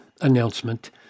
announcement